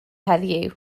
heddiw